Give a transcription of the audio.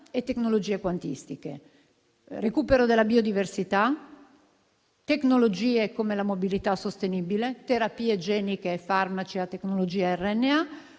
e tecnologie quantistiche, recupero della biodiversità, tecnologie come la mobilità sostenibile, terapie geniche e farmaci a tecnologia a RNA,